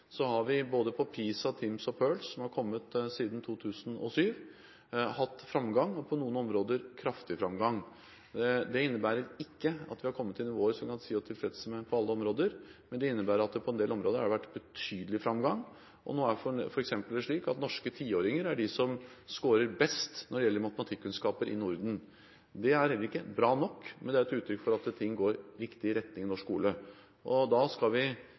har vi på undersøkelsene til PISA, TIMSS og PIRLS som har kommet siden 2007, hatt framgang – på noen områder kraftig framgang. Det innebærer ikke at vi på alle områder har kommet opp på nivåer som vi kan si oss tilfreds med, men det innebærer at det på en del områder har vært betydelig framgang. For eksempel er norske tiåringer de som skårer best når det gjelder matematikkunnskaper i Norden. Det er heller ikke bra nok, men det er et uttrykk for at ting går i riktig retning i norsk skole. Så vi skal